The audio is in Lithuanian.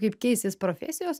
kaip keisis profesijos